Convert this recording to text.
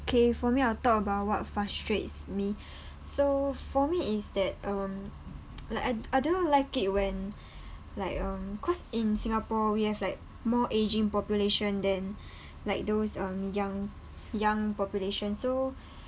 okay for me I'll talk about what frustrates me so for me is that um like I I don't like it when like um cause in singapore we have like more ageing population than like those of young young population so